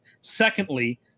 Secondly